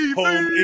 home